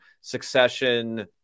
succession